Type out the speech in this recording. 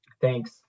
Thanks